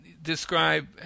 Describe